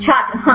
छात्र हाँ